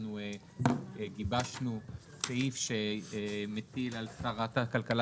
אנחנו גיבשנו סעיף שמטיל על שרת הכלכלה